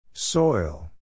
Soil